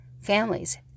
families